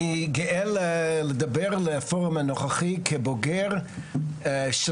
אני גאה לדבר לפורום הנוכחי כבוגר של